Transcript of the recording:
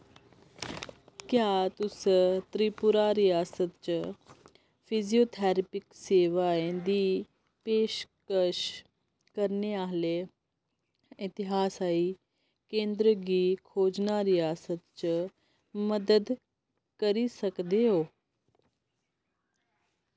क्या तुस त्रिपुरा रियासत च फिजियोथरैपिक सेवाएं दी पेशकश करने आह्ले इतिहास आई केंदर गी खोजना रियासता च मदद करी सकदे ओ